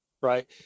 right